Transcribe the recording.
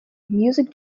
music